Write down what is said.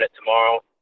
tomorrow